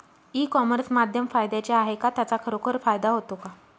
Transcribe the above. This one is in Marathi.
ई कॉमर्स माध्यम फायद्याचे आहे का? त्याचा खरोखर फायदा होतो का?